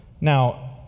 Now